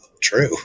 true